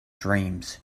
dreams